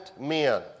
men